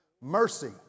Mercy